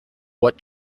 what